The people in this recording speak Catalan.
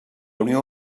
unió